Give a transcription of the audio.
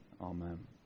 Amen